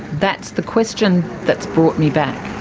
that's the question that's brought me back.